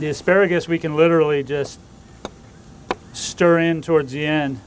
the asparagus we can literally just stirrin towards the end